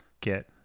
get